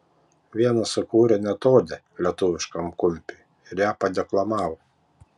vienas sukūrė net odę lietuviškam kumpiui ir ją padeklamavo